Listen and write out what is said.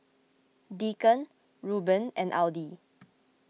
Deacon Rueben and Audie